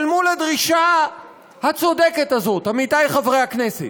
אבל מול הדרישה הצודקת הזאת, עמיתי חברי הכנסת,